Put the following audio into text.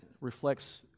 reflects